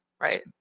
right